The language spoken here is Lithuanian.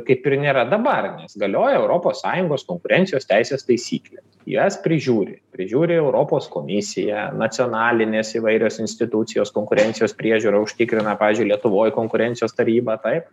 kaip ir nėra dabar nes galioja europos sąjungos konkurencijos teisės taisyklės jas prižiūri prižiūri europos komisija nacionalinės įvairios institucijos konkurencijos priežiūrą užtikrina pavyzdžiui lietuvoj konkurencijos taryba taip